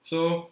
so